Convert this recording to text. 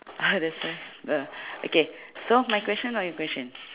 that's why uh okay so my question or your question